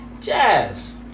Jazz